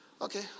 Okay